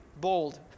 bold